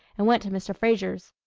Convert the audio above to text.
and went to mr. frazier's.